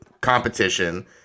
competition